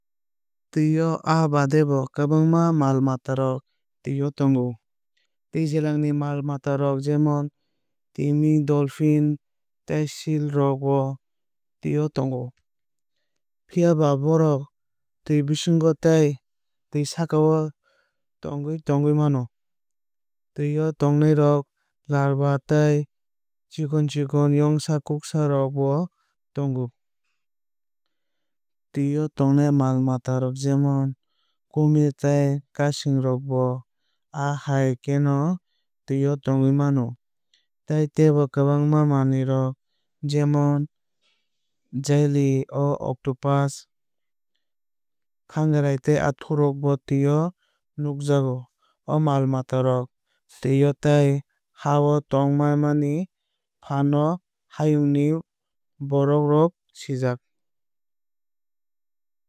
Twi o aa baade bo kwbangma mal mata rok twio tongo. Twijlangni mal matarok jemon timi dolphin tei seal rok bo twio tongo. Phiaba bohrok twi bisingo tei twi sakao thangwui tongwui mano. Twi o tongnai rok larva tei chikon chikon yongsa kuksa rok bo tongo. Twi o tongnai mal matarok jemon kumir tei kaasing rok bo aa hai kheno twi o tongwui mano. Tai tebo kwbangma manwuirok jemon jeli aa octopus khangrai tei athook rok bo twio nukjao. O mal mata rok twi o tei haa o tong mani faan o hayung ni borok rok sijak.